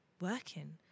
working